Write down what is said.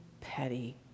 petty